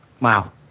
Wow